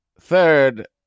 third